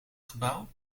gebouw